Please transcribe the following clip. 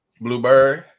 Blueberry